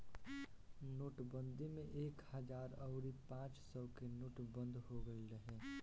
नोटबंदी में एक हजार अउरी पांच सौ के नोट बंद हो गईल रहे